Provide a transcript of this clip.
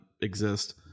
exist